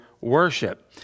worship